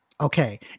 Okay